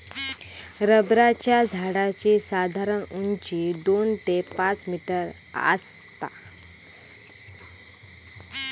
रबराच्या झाडाची साधारण उंची दोन ते पाच मीटर आसता